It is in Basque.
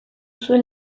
zuen